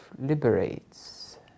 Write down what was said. liberates